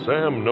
Sam